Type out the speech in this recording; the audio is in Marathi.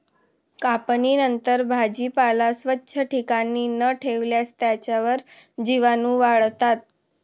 कापणीनंतर भाजीपाला स्वच्छ ठिकाणी न ठेवल्यास त्यावर जीवाणूवाढतात